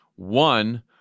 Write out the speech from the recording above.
One